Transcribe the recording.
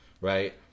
Right